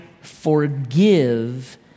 forgive